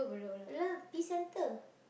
I know Peace-Centre